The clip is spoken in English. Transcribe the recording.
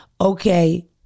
okay